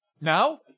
Now